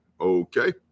Okay